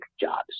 jobs